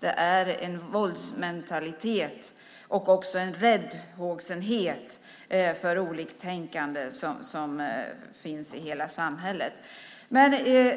Det är en våldsmentalitet och också en räddhågsenhet för oliktänkande som finns i hela samhället.